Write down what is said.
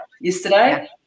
yesterday